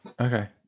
okay